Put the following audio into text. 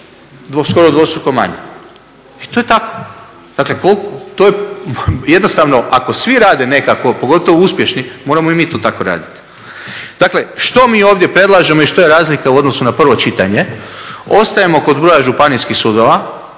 skoro dvostruko manji. To je tako. Dakle, jednostavno ako svi rade nekako, a pogotovo uspješni, moramo i mi to tako raditi. Dakle, što mi ovdje predlažemo i što je razlika u odnosu na prvo čitanje? Ostajemo kod broja županijskih sudova,